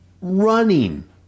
running